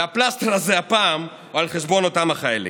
והפלסטר הזה הפעם הוא על חשבון אותם החיילים.